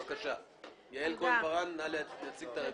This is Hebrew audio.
בבקשה, נא להציג את הרביזיה.